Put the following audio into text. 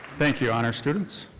thank you, honors students.